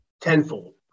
tenfold